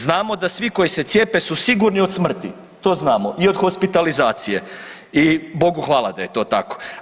Znamo da svi koji se cijepe su sigurni od smrti, to znam i od hospitalizacije i Bogu hvala da je to tako.